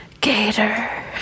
Gator